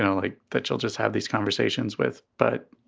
know, like but you'll just have these conversations with. but,